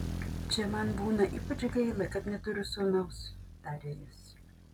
čia man būna ypač gaila kad neturiu sūnaus tarė jis